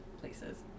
places